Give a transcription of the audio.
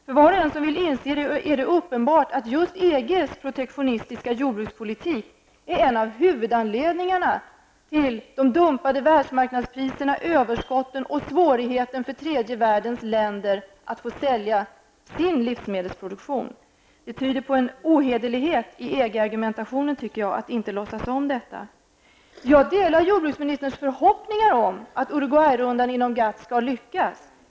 För var och en som vill inse det är det uppenbart att just EGs protektionistiska jordbrukspolitik är en av huvudanledningarna till de dumpade världsmarknadspriserna, överskotten och svårigheten för tredje världens länder att få sälja sin livsmedelsproduktion. Att inte låtsas om detta tyder på en ohederlighet i EG argumentationen, tycker jag. Jag delar jordbruksministerns förhoppningar om att Uruguay-rundan inom GATT skall lyckas.